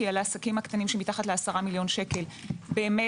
כי על העסקים הקטנים שמתחת ל-10 מיליון שקל באמת